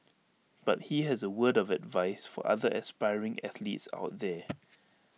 but he has A word of advice for other aspiring athletes out there